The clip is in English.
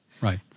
Right